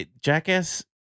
Jackass